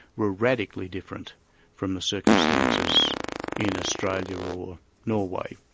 were radically different from the circumstances in australia or ah norway.